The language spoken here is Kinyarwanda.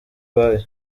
bayo